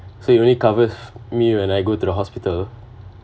so it only covers me when I go to the hospital